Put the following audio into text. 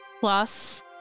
plus